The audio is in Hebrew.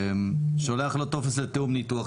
שולח לו טופס לתיאום ניתוח.